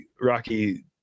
rocky